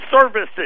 Services